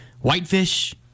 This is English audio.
Whitefish